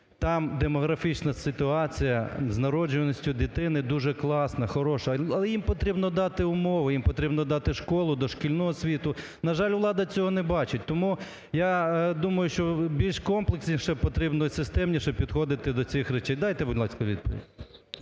Там демографічна ситуація з народжуваністю дитини дуже класна, хороша, але їм потрібно дати умови, їм потрібно дати школу, дошкільну освіту. На жаль, влада цього не бачить. Тому я думаю, що більш комплексніше потрібно, системніше підходити до цих речей. Дайте, будь ласка, відповідь.